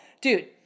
Dude